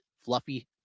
fluffy